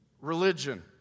religion